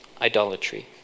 idolatry